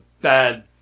bad